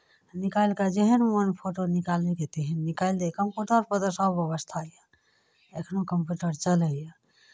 आ निकालि कऽ जेहन मोन फोटो निकलैके छै तेहन निकालि ले कम्प्यूटरपर तऽ सभ व्यवस्था छै एखनो कप्यूटर चलैए